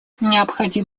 необходим